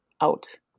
out